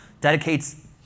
dedicates